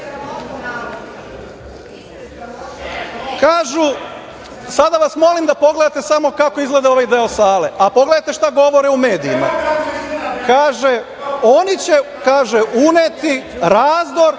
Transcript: dobili. Sada vas molim da pogledate samo kako izgleda ovaj deo sale, a pogledajte šta govore u medijima. Kaže - oni će uneti razdor,